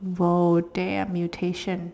!whoa! damn mutation